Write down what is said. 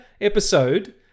episode